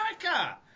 America